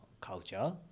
culture